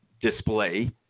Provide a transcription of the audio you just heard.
display